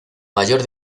mayor